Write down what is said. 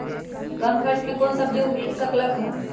कम खर्च मे कौन सब्जी उग सकल ह?